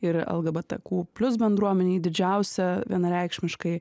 ir lgbtq plius bendruomenei didžiausia vienareikšmiškai